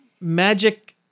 magic